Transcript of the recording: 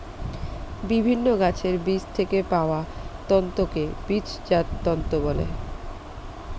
বিভিন্ন গাছের বীজ থেকে পাওয়া তন্তুকে বীজজাত তন্তু বলে